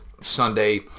Sunday